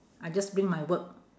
I just bring my work